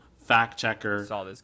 fact-checker